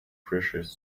precious